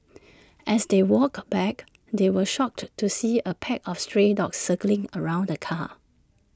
as they walked back they were shocked to see A pack of stray dogs circling around the car